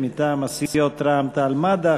מטעם הסיעות רע"ם-תע"ל-מד"ע,